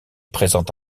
présente